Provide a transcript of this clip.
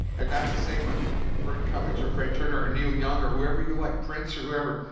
and that's the same with burton cummings, or fred turner, or neil young, or whoever you like, prince, or whoever.